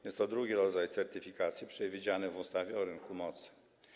Jest to drugi rodzaj certyfikacji przewidziany w ustawie o rynku mocy.